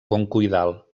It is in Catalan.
concoidal